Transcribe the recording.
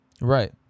Right